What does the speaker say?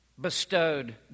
bestowed